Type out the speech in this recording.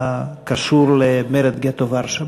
הקשור למרד גטו ורשה.